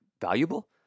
valuable